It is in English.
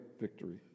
victory